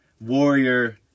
warrior